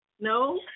no